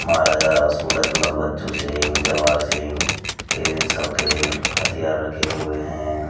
महाराजा सूरजमल बच्चू सिंह जवाहर सिंह इन सब के हथियार रखे हुए हैं